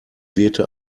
wehte